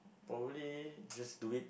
probably just doing